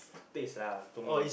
place lah to me